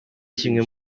kimwe